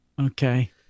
Okay